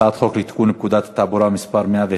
הצעת חוק לתיקון פקודת התעבורה (מס' 111),